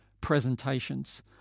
presentations